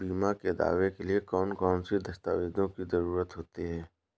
बीमा के दावे के लिए कौन कौन सी दस्तावेजों की जरूरत होती है?